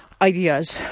Ideas